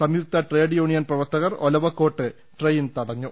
സംയുക്ത trade union പ്രവർത്തകർ Olavakkode train തടഞ്ഞു